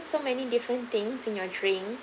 so many different things in your drink